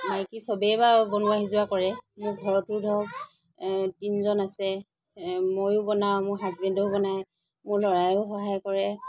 মাইকী চবে বা বনোৱা সিজোৱা কৰে মোৰ ঘৰতো ধৰক তিনিজন আছে ময়ো বনাও মোৰ হাজবেণ্ডেও বনাই মোৰ ল'ৰায়ো সহায় কৰে